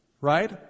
Right